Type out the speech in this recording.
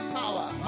power